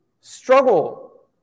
struggle